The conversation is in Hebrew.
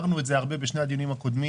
אמרנו את זה הרבה בשני הדיונים הקודמים